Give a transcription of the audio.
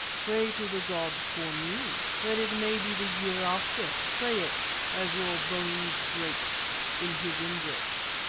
pray to the god for me, that it may be the year after pray it as your bones break in his embrace.